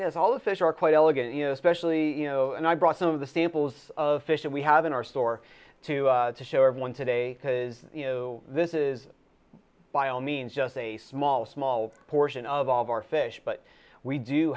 because all the fish are quite elegant especially you know and i brought some of the samples of fish and we have in our store to to show everyone today because you know this is by all means just a small small portion of all of our fish but we do